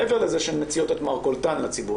מעבר לזה שהן מציעות את מרכולתן לציבור,